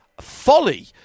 folly